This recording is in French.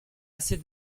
assez